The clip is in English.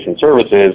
services